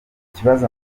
kibazo